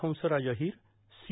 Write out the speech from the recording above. Hansraj Ahir C